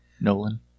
Nolan